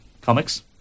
comics